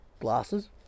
glasses